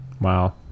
wow